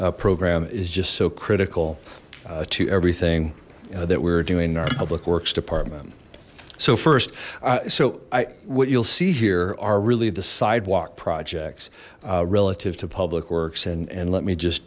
program is just so critical to everything that we're doing in our public works department so first so i what you'll see here are really the sidewalk projects relative to public works and and let me just